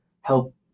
help